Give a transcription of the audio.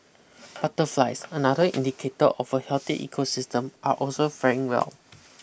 butterflies another indicator of a healthy ecosystem are also faring well